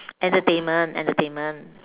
entertainment entertainment